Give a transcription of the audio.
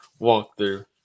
walkthrough